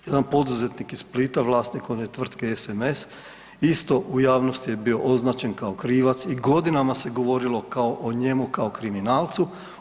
Jedan poduzetnik iz Splita, vlasnik one tvrtke SMS isto u javnosti je bio označen kao krivac i godinama se govorilo o njemu kao kriminalcu.